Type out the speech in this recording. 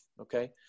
Okay